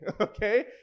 okay